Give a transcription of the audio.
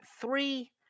three